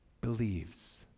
believes